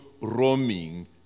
roaming